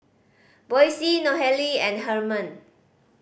Boysie Nohely and Hernan